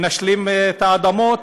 מנשלים את האדמות,